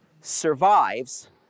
survives